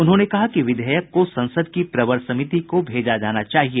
उन्होंने कहा कि विधेयक को संसद की प्रवर समिति को भेजा जाना चाहिए